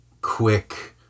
quick